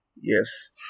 yes